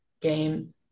game